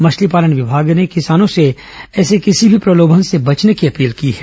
मछली पालन विभाग ने किसानों से ऐसे किसी भी प्रलोभन से बचने की अपील की है